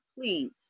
please